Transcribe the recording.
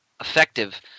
effective